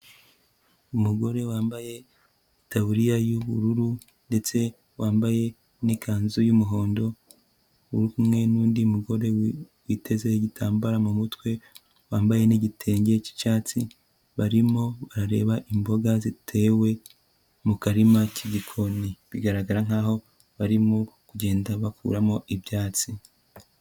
Umugore wambaye itaburiya y'ubururu ndetse wambaye n'ikanzu y'umuhondo uri kumwe n'undi mugore witeze igitambara mu mutwe wambaye n'igitenge cy'icyatsi, barimo barareba imboga zitewe mu karima k'igikoni bigaragara nk'aho barimo kugenda bakuramo ibyatsi.